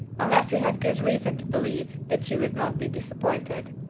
unless he had good reason to believe that you would not be disappointed.